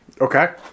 okay